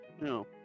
No